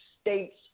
state's